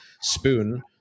spoon